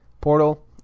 Portal